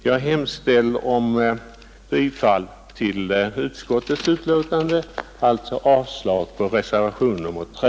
Jag hemställer om bifall till utskottets förslag, som innebär avslag på reservationen A 3.